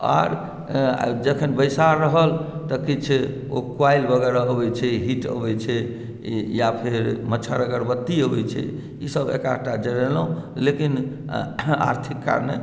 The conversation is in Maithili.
आओर जखन बैसार रहल तऽ किछु ओ कॉइल वगैरह अबै छै हिट अबै छै या फेर मच्छड़ अगरबत्ती अबै छै ई सभ एकाधटा जरेलहुँ लेकिन आर्थिक कारणे